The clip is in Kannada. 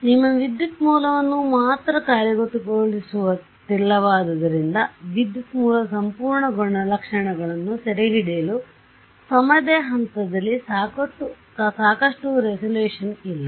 ನಿಮ್ಮ ವಿದ್ಯುತ್ ಮೂಲವನ್ನು ಮಾತ್ರ ಕಾರ್ಯಗತಗೊಳಿಸುತ್ತಿಲ್ಲವಾದ್ದರಿಂದವಿದ್ಯುತ್ ಮೂಲದ ಸಂಪೂರ್ಣ ಗುಣಲಕ್ಷಣಗಳನ್ನು ಸೆರೆಹಿಡಿಯಲು ಸಮಯದ ಹಂತದಲ್ಲಿ ಸಾಕಷ್ಟು ರೆಸಲ್ಯೂಶನ್ ಇಲ್ಲ